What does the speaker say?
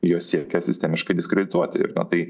juos siekia sistemiškai diskredituoti ir na tai